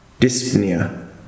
dyspnea